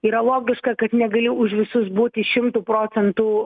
yra logiška kad negali už visus būti šimtu procentų